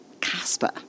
Casper